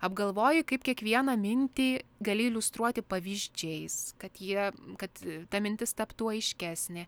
apgalvoji kaip kiekvieną mintį gali iliustruoti pavyzdžiais kad jie kad ta mintis taptų aiškesnė